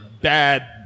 bad